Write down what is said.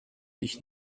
ich